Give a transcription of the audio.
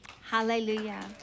Hallelujah